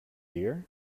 dear